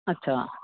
अच्छा